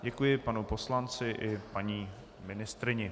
Děkuji panu poslanci i paní ministryni.